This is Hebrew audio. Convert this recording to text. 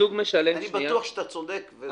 אני בטוח שאתה צודק.